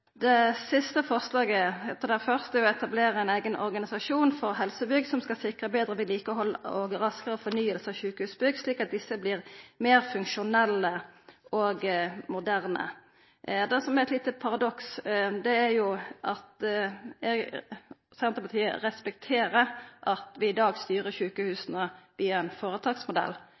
Det siste punktet under forslag nr. 1 gjeld etablering av ein eigen organisasjon for helsebygg, som skal sikra betre vedlikehald og raskare fornying av sjukehusbygg, slik at desse vert meir funksjonelle og moderne. Det er eit lite paradoks her. Senterpartiet respekterer at vi i dag styrer sjukehusa via ein føretaksmodell.